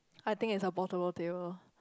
I think it's a portable table